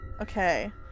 Okay